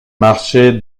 marchait